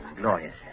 glorious